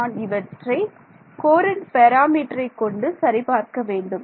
நான் இவற்றை கோரன்ட் பாராமீட்டரை கொண்டு சரி பார்க்க வேண்டும்